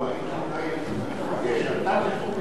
לא, שאתה תחוקק.